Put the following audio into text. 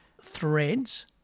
threads